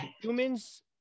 humans